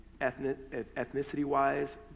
ethnicity-wise